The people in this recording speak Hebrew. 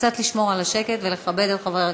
קצת לשמור על השקט ולכבד את חבר הכנסת.